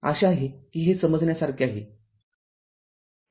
आशा आहे की हे समजण्यासारखे आहे